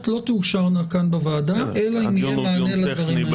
לא תאושרנה כאן בוועדה אלא אם יהיה מענה לדברים האלה.